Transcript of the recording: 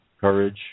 courage